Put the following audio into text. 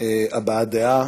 הבעת דעה,